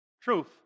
Truth